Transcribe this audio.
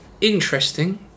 interesting